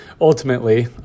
ultimately